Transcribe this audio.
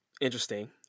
interesting